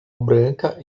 branca